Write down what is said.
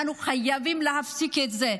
אנחנו חייבים להפסיק את זה.